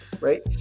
right